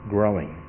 Growing